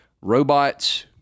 robots